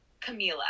camila